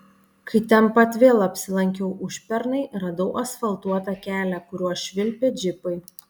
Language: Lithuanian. kai ten pat vėl apsilankiau užpernai radau asfaltuotą kelią kuriuo švilpė džipai